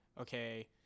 Okay